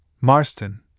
Marston